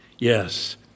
Yes